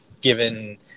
given